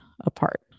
apart